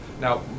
Now